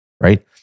right